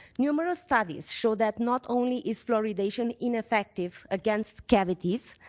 numerous studies show that not only is fluoridation ineffective against cavities,